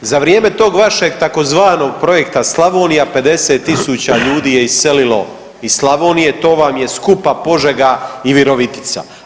Za vrijeme tog vašeg tzv. projekta Slavonija 50.000 je iselilo iz Slavonije, to vam je skupa Požega i Virovitica.